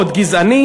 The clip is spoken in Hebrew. גזעני